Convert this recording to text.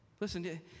Listen